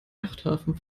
yachthafen